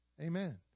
amen